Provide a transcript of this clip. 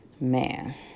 Man